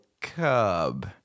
cub